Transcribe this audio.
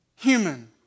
human